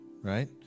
right